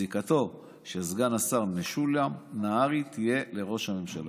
זיקתו של סגן השר משולם נהרי תהיה לראש הממשלה,